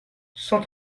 cent